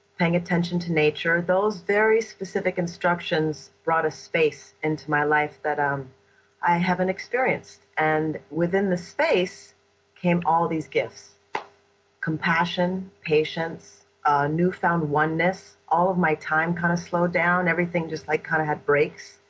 paying attention to nature, those very specific instructions brought a space into my life that um i haven't experienced. and within the space came all these gifts compassion, patience, a new-found one-ness. all of my time kind of slowed down, everything just like kind of had brakes.